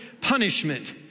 punishment